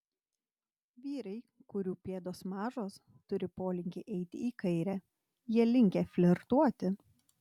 vyrai kurių pėdos mažos turi polinkį eiti į kairę jie linkę flirtuoti